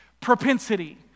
propensity